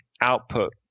output